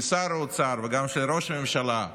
של שר האוצר וגם של ראש הממשלה,